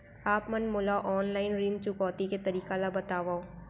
आप मन मोला ऑनलाइन ऋण चुकौती के तरीका ल बतावव?